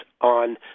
on